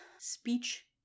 speech